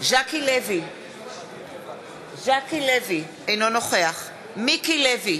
ז'קי לוי, אינו נוכח מיקי לוי,